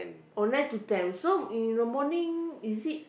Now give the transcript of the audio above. oh nine to ten so in the morning is it